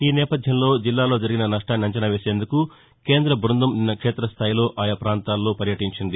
ఈనేపథ్యంలో జిల్లాలో జరిగిన నష్టాన్ని అంచనా వేసేందుకు కేంద బృందం నిన్న క్షేతస్థాయిలో ఆయా పాంతాల్లో పర్యటించింది